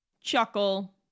chuckle